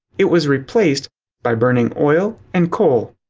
it was replaced by burning oil and coal.